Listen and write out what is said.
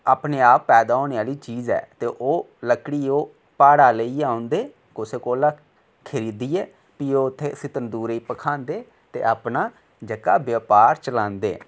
अपने आप पैदा होने आह्ली चीज ऐ ओह् लकड़ी ओह् प्हाड़ा लेइयै औंदे कुसै कोला खरीदियै भी उत्थै ओह् उसी तंदूरै ई भखांदे ते अपना जेह्का व्यापार चलांदे